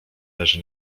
leży